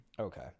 Okay